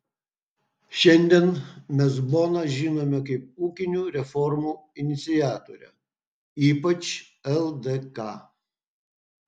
šiandien mes boną žinome kaip ūkinių reformų iniciatorę ypač ldk